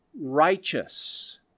righteous